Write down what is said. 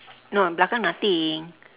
no belakang nothing